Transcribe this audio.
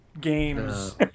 Games